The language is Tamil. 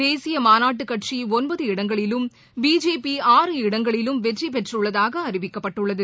தேசிய மாநாட்டு கட்சி ஒன்பது இடங்களிலும் பிஜேபி ஆறு இடங்களிலும் வெற்றி பெற்றுள்ளதாக அறிவிக்கப்பட்டுள்ளது